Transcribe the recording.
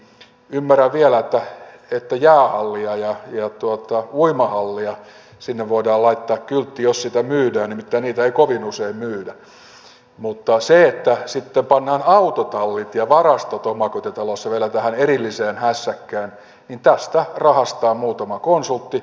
ymmärrän vielä että jäähalliin ja uimahalliin voidaan laittaa kyltti jos niitä myydään nimittäin niitä ei kovin usein myydä mutta kun sitten pannaan autotallit ja varastot omakotitalossa vielä tähän erilliseen hässäkkään niin tästä rahastaa muutama konsultti